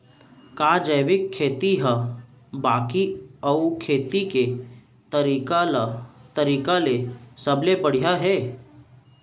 का जैविक खेती हा बाकी अऊ खेती के तरीका ले सबले बढ़िया हे?